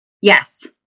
Yes